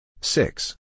Six